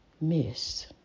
miss